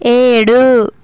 ఏడూ